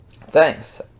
Thanks